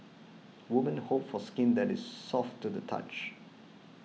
women hope for skin that is soft to the touch